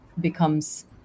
becomes